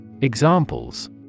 Examples